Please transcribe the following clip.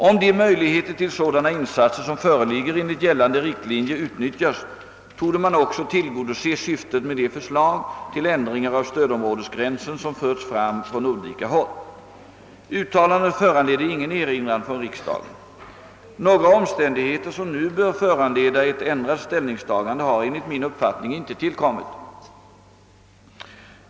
Om de möjligheter till sådana insatser som föreligger enligt gällande riktlinjer utnyttjas, torde man också tillgodose syftet med de förslag till ändringar av stödområdesgränsen som förts fram från olika håll.» Uttalandet föranledde ingen erinran från riksdagen. Några omständigheter som nu bör föranleda ett ändrat ställningstagande har enligt min uppfattning inte tillkommit.